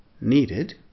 needed